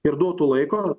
ir duotų laiko